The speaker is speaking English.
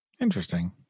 Interesting